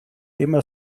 immer